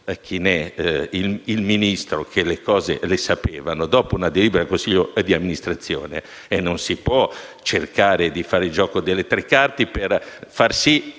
Chinè e il Ministro le cose le sapevano e dopo una delibera del consiglio di amministrazione non si può fare il gioco delle tre carte per far sì